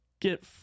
Get